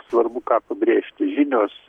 svarbu ką pabrėžti žinios